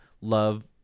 love